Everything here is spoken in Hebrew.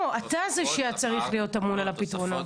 לא, אתה זה שצריך להיות אמון על הפתרונות.